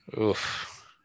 Oof